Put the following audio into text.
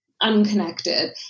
unconnected